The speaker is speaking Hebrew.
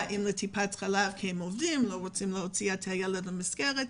מגיעים לטיפת החלב כי הם עובדים ולא רוצים הוציא את הילד מהמסגרת,